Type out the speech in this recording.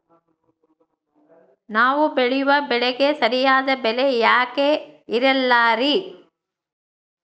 ನಾವು ಬೆಳೆಯುವ ಬೆಳೆಗೆ ಸರಿಯಾದ ಬೆಲೆ ಯಾಕೆ ಇರಲ್ಲಾರಿ?